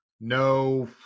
No